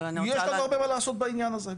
יש לנו הרבה מה לעשות בעניין הזה.